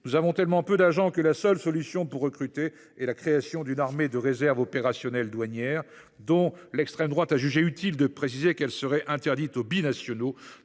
Nous avons tellement peu d’agents que la seule solution pour recruter est la création d’une armée de réserve opérationnelle douanière, dont l’extrême droite a jugé utile de préciser qu’elle serait interdite aux binationaux.